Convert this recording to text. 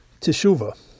teshuva